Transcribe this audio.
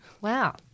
wow